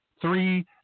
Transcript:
three